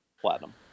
platinum